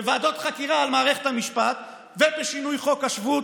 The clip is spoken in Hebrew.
ועדות חקירה על מערכת המשפט ושינוי חוק השבות.